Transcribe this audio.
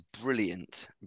brilliant